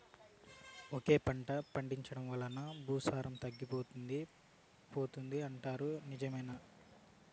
ఒకే పంట పండించడం వల్ల భూసారం తగ్గిపోతుంది పోతుంది అంటారు నిజమేనా